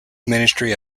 ministry